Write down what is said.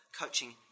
Coaching